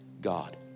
God